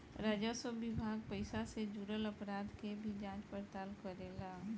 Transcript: राजस्व विभाग पइसा से जुरल अपराध के भी जांच पड़ताल करेला